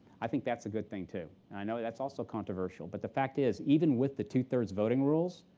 i think that's a good thing, too. i know that's also controversial. but the fact is even with the two-thirds voting rules,